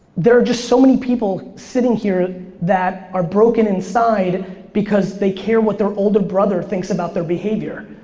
there are just so many people sitting here that are broken inside because they care what their older brother thinks about their behavior.